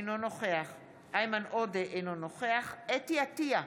אינו נוכח איימן עודה, אינו נוכח חוה אתי עטייה,